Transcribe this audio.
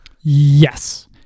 Yes